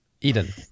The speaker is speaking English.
Eden